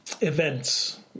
events